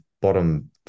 bottom